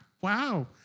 wow